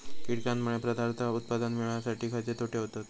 कीटकांनमुळे पदार्थ उत्पादन मिळासाठी खयचे तोटे होतत?